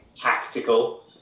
tactical